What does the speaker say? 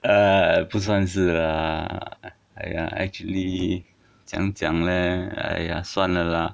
ah 不算是啦 !aiya! actually 怎样讲嘞哎呀算了啦